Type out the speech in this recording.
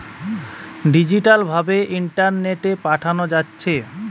digital ভাবে ইন্টারনেটে পাঠানা যাচ্ছে